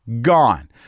gone